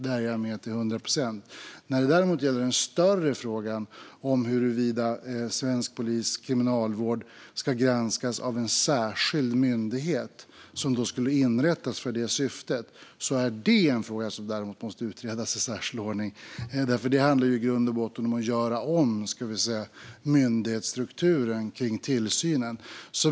Där är jag med till hundra procent. Den större frågan, om svensk polis och kriminalvård ska granskas av en särskild myndighet, som då skulle inrättas för det syftet, måste däremot utredas i särskild ordning. Det handlar i grund och botten om att göra om myndighetsstrukturen för tillsynen.